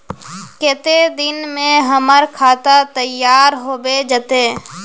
केते दिन में हमर खाता तैयार होबे जते?